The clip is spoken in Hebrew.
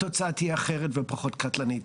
התוצאה תהיה אחרת ופחות קטלנית?